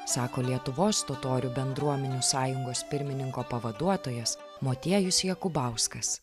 sako lietuvos totorių bendruomenių sąjungos pirmininko pavaduotojas motiejus jakubauskas